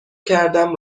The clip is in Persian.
کردم